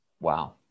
wow